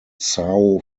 sao